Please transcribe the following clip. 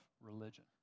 religion